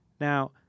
Now